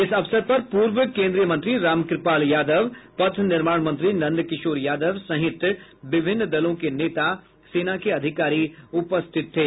इस अवसर पर पूर्व केन्द्रीय मंत्री रामकृपाल यादव पथ निर्माण मंत्री नंद किशोर यादव सहित विभिन्न दलों के नेता सेना के अधिकारी उपस्थित थे